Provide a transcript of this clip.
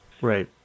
Right